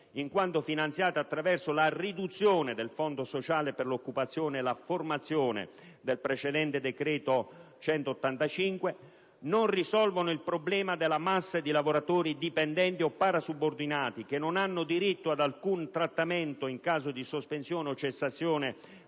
in quanto finanziate attraverso la riduzione del Fondo sociale per l'occupazione e la formazione del precedente decreto- legge n. 185 del 2008, non risolvono il problema della massa di lavoratori dipendenti o parasubordinati che non hanno diritto ad alcun trattamento in caso di sospensione o cessazione